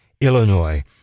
Illinois